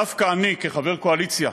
דווקא אני, כחבר הקואליציה,